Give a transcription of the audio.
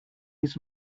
his